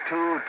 Two